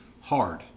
hard